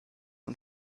und